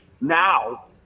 now